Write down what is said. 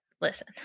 Listen